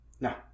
No